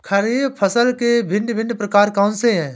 खरीब फसल के भिन भिन प्रकार कौन से हैं?